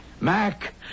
Mac